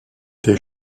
des